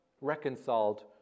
reconciled